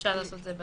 אפשר לעשות את זה.